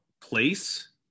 Place